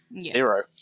Zero